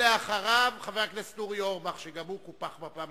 כי בפעם האחרונה הוא היה